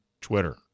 Twitter